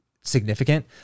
significant